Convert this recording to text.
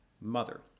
mother